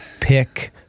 pick